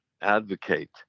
advocate